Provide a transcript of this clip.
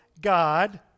God